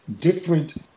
different